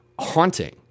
haunting